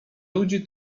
ludzi